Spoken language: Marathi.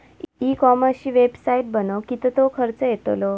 ई कॉमर्सची वेबसाईट बनवक किततो खर्च येतलो?